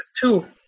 two